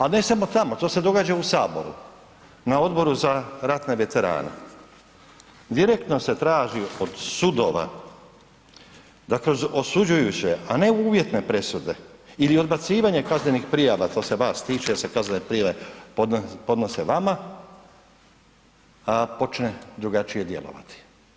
A ne samo tamo, to se događa u Saboru na Odboru za ratne veterane, direktno se traži od sudova da kroz osuđujuće, a ne uvjetne presude ili odbacivanje kaznenih prijava, to se vas tiče jer se kaznene prijave podnose vama, počne drugačije djelovati.